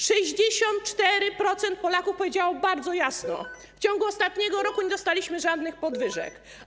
64% Polaków powiedziało bardzo jasno: w ciągu ostatniego roku nie dostaliśmy żadnych podwyżek.